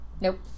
Nope